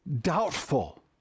doubtful